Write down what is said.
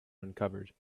uncovered